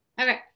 Okay